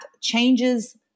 changes